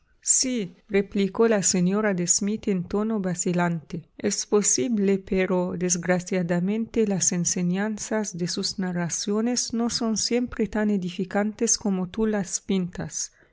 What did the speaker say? sí replicó la señora de smith en tono vacilante es posible pero desgraciadamente las enseñanzas de sus narraciones no son siempre tan edificantes como tú las pintas